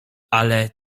ale